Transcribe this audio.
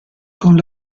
con